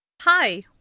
Hi